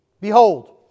Behold